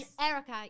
Erica